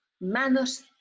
Manos